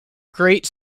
great